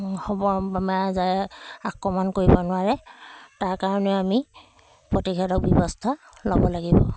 হ'ব বেমাৰ আজাৰে আক্ৰমণ কৰিব নোৱাৰে তাৰ কাৰণে আমি প্ৰতিষেধক ব্যৱস্থা ল'ব লাগিব